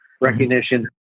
recognition